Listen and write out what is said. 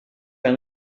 ein